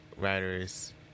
Writers